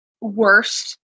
worst